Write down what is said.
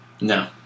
No